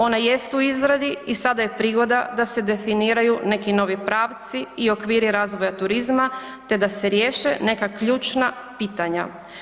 Ona jest u izradi i sada je prigoda da se definiraju neki novi pravci i okviri razvoja turizma te da se riješe neka ključna pitanja.